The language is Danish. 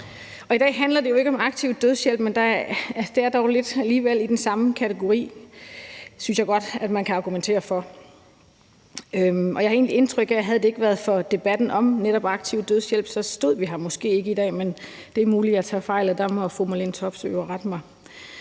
I dag handler det jo ikke om aktiv dødshjælp, men det er dog alligevel lidt i den samme kategori. Det synes jeg godt at man kan argumentere for. Jeg har egentlig indtrykket af, at havde det ikke været for debatten om netop aktiv dødshjælp, stod vi her måske ikke i dag, men det er muligt, at jeg tager fejl. Så må fru Marlene Harpsøe jo rette mig.